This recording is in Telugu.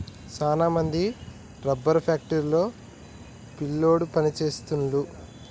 సాన మంది రబ్బరు ఫ్యాక్టరీ లో పిల్లోడు పని సేస్తున్నారు